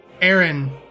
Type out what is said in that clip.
Aaron